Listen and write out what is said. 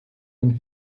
when